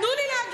תנו לי להגיד,